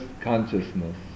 consciousness